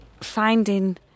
finding